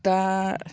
दा